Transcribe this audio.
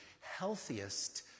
healthiest